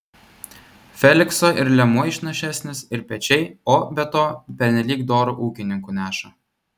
felikso ir liemuo išnašesnis ir pečiai o be to pernelyg doru ūkininku neša